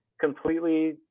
completely –